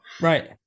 Right